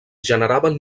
generaven